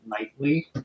nightly